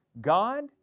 God